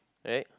right